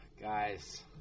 Guys